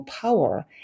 power